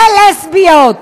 ולסביות.